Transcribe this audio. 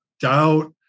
doubt